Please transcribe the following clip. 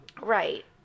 right